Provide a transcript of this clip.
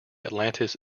atlantis